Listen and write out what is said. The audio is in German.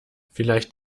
vielleicht